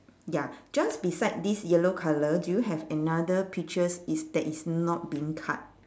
ya just beside this yellow colour do you have another peaches is that is not being cut